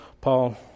Paul